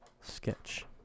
Sketch